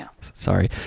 Sorry